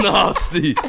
Nasty